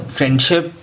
Friendship